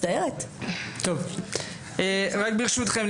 רק ברשותכם,